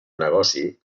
negoci